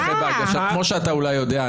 כמו שאתה אולי יודע,